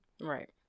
Right